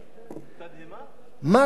מה קרה למפלגת העבודה?